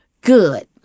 Good